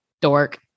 dork